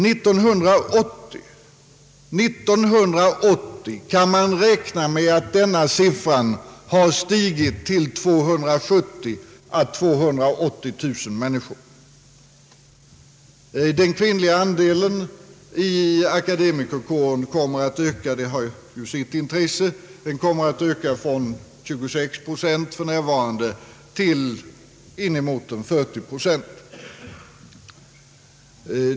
1980 kan siffran beräknas ha stigit till 270 000 å 280 0009. Den kvinnliga andelen i akademikerkåren kommer att öka — det har ju sitt intresse — från nu 26 procent till inemot 40 procent.